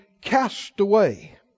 castaway